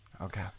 okay